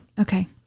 Okay